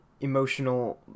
emotional